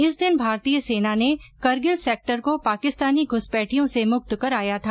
इस दिन भारतीय सेना ने करगिल सेक्टर को पाकिस्तानी घ्रसपैठियों से मुक्त कराया था